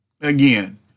again